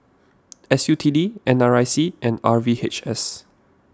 S U T D N R I C and R V H S